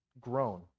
grown